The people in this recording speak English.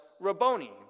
Rabboni